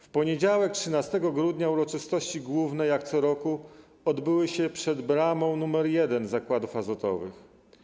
W poniedziałek 13 grudnia uroczystości główne jak co roku odbyły się przed bramą nr 1 zakładów azotowych.